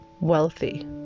wealthy